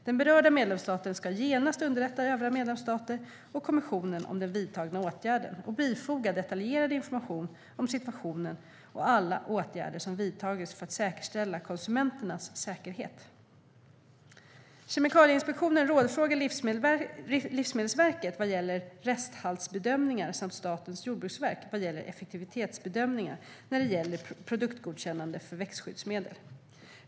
Den berörda medlemsstaten ska genast underrätta övriga medlemsstater och kommissionen om den vidtagna åtgärden och bifoga detaljerad information om situationen och alla åtgärder som vidtagits för att säkerställa konsumenternas säkerhet. Kemikalieinspektionen rådfrågar Livsmedelsverket vad gäller resthaltsbedömningar samt Statens jordbruksverk vad gäller effektivitetsbedömningar när det gäller produktgodkännande för växtskyddsmedel.